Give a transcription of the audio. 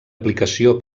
aplicació